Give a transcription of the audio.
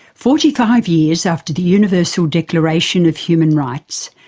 forty five years after the universal declaration of human rights,